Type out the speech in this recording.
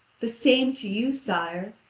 the same to you, sire,